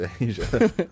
Asia